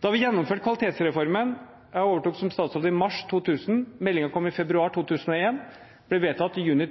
Vi gjennomførte kvalitetsreformen – jeg overtok som statsråd i mars 2000, meldingen kom i februar 2001, ble vedtatt i juni